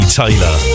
taylor